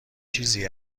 چیزی